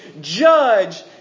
judge